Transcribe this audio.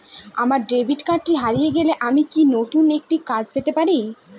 আমার ডেবিট কার্ডটি হারিয়ে গেছে আমি কি নতুন একটি কার্ড পেতে পারি?